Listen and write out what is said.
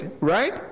Right